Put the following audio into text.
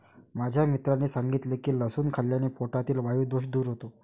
माझ्या मित्राने सांगितले की लसूण खाल्ल्याने पोटातील वायु दोष दूर होतो